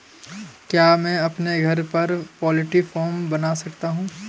क्या मैं अपने घर पर पोल्ट्री फार्म बना सकता हूँ?